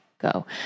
go